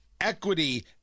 Equity